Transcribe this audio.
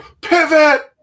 pivot